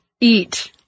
eat